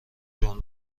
جمله